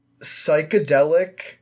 psychedelic